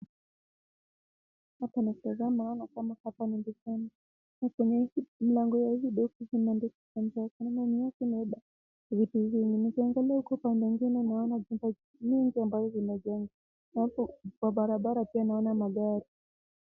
Hapa natazama naona hapa ni dukani. Na kwenye mlango ya hizi duka kumeandikwa M-Pesa na ndani yake imebeba vitu vingi. Nikiangalia huko upande ingine, naona nyumba nyingi ambayo zimejengwa, na hapo kwa barabara pia naona magari.